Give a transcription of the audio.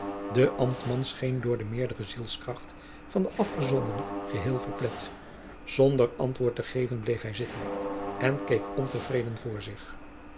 de ambtman scheen door de meerdere zielskracht van den afgezondene geheel verplet zonder antwoord te geven bleef hij zitten en keek ontevreden voor zich